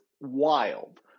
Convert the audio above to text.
wild